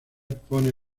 pone